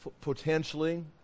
potentially